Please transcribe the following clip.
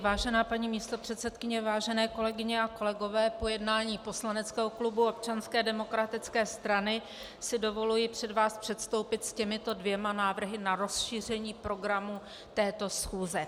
Vážená paní místopředsedkyně, vážené kolegyně a kolegové, po jednání poslaneckého klubu Občanské demokratické strany si dovoluji před vás předstoupit s těmito dvěma návrhy na rozšíření programu této schůze.